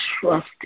trust